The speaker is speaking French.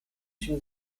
une